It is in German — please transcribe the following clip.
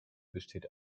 besteht